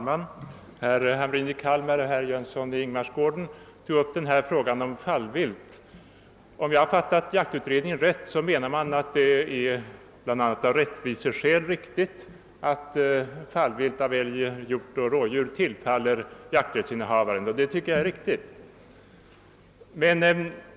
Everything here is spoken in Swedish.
Herr talman! Herr Hamrin i Kalmar och herr Jönsson i Ingemarsgården tog upp frågan om fallviltet. Om jag fattat jaktutredningen rätt, så menar den, att det bl.a. av rättviseskäl är påkallat att fallvilt av älg, hjort och rådjur tillfaller jakträttsinnehavaren. Det tycker jag också är riktigt.